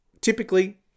Typically